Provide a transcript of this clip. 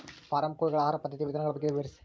Form ಕೋಳಿಗಳ ಆಹಾರ ಪದ್ಧತಿಯ ವಿಧಾನಗಳ ಬಗ್ಗೆ ವಿವರಿಸಿ?